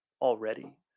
already